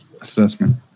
assessment